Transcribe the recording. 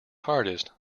hardest